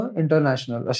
international